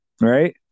right